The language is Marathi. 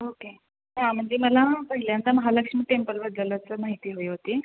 ओके हा म्हणजे मला पहिल्यांदा महालक्ष्मी टेंपलबद्दलच माहिती हवी होती